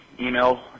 email